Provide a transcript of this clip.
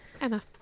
Emma